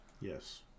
yes